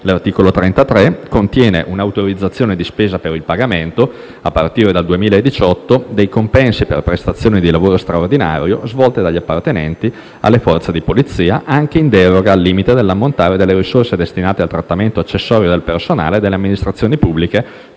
L'articolo 33 contiene un'autorizzazione di spesa per il pagamento, a partire dal 2018, dei compensi per prestazioni di lavoro straordinario svolte dagli appartenenti alle forze di Polizia anche in deroga al limite dell'ammontare delle risorse destinate al trattamento accessorio del personale delle amministrazioni pubbliche,